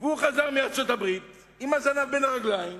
הוא חזר מארצות-הברית עם הזנב בין הרגליים